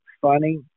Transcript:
funny